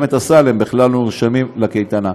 את הסל הם בכלל לא נרשמים לקייטנה.